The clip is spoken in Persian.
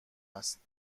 هست